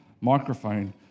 microphone